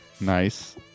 Nice